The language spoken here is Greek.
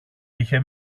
είχε